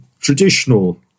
traditional